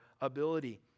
ability